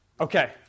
Okay